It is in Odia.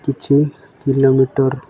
କିଛି କିଲୋମିଟର୍